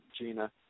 Gina